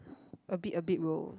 a bit a bit will